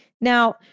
Now